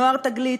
נוער "תגלית",